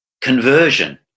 conversion